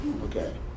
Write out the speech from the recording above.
okay